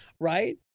Right